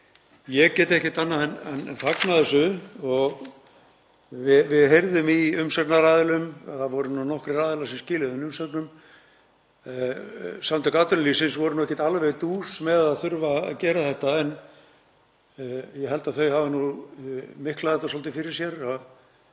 Ég get ekki annað en fagnað þessu og við heyrðum líka í umsagnaraðilum, það voru nokkrir aðilar sem skiluðu inn umsögnum. Samtök atvinnulífsins voru ekki alveg dús með að þurfa að gera þetta en ég held að þau hafi nú miklað þetta svolítið fyrir sér,